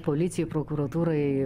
policijai prokuratūrai